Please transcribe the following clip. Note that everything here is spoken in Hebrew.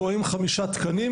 --- חמישה תקנים,